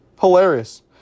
Hilarious